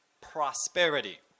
prosperity